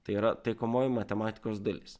tai yra taikomoji matematikos dalis